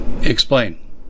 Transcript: Explain